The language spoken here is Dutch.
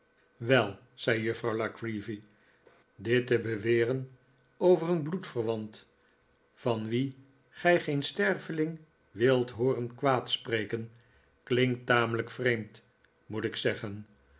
wel zei juffrouw la creevy dit te beweren over een bloedverwant van wien gij geen sterveling wilt hooren kwaadspreken klinkt tamelijk vreemd moet ik zeggen